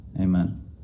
amen